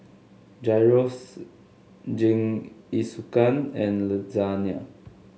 Gyros Jingisukan and Lasagna